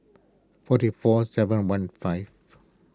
forty four seven one five